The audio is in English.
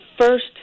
first